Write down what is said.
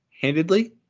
handedly